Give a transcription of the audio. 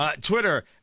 Twitter